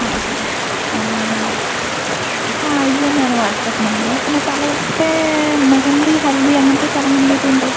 ആ ആ ആണ് ആ ഇത് തന്നെ ആണ് വാട്ട്സ്ആപ്പ് നമ്പർ പിന്നെ തലേ ദിവസത്തെ മെഹന്തി ഹൽദി അങ്ങനത്തെ ചടങ്ങ് എന്തെങ്കിലും ഉണ്ടോ